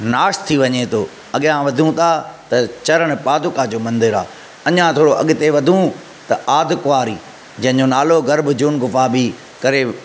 नाश थी वञे थो अॻियां वधूं था त चरण पादुका जो मंदरु आहे अञां थोरो अॻिते वधूं त अर्द्धकुंवारी जंहिंजो नालो गर्भ जून गुफ़ा बि करे